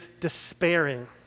despairing